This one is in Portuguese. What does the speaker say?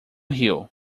riu